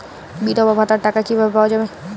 বিধবা ভাতার টাকা কিভাবে পাওয়া যাবে?